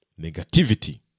negativity